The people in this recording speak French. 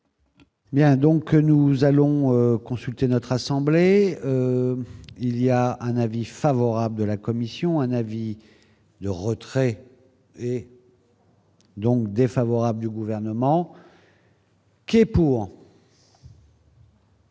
Bien, donc nous allons consulter notre assemblée, il y a un avis favorable de la commission, un avis de retrait et donc défavorable du gouvernement. Est pour.